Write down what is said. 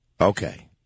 Okay